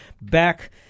back